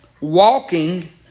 walking